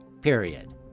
Period